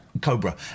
Cobra